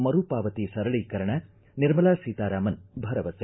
ಮರು ಪಾವತಿ ಸರಳೀಕರಣ ನಿರ್ಮಲಾ ಸೀತಾರಾಮನ್ ಭರವಸೆ